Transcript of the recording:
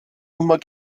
immer